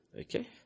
Okay